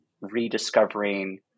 rediscovering